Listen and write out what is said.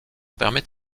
permet